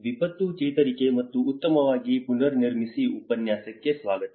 ವಿಪತ್ತು ಚೇತರಿಕೆ ಮತ್ತು ಉತ್ತಮವಾಗಿ ಪುನನಿರ್ಮಿಸಿ ಉಪನ್ಯಾಸಕ್ಕೆ ಸ್ವಾಗತ